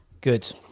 Good